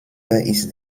ist